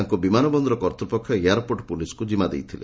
ତାଙ୍କୁ ବିମାନ ବନ୍ଦର କର୍ତ୍ତପକ୍ଷ ଏୟାରପୋର୍ଟ ପୁଲିସ୍ କିମା ଦେଇଥିଲେ